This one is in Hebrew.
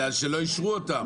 בגלל שלא אישרו אותם.